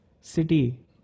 City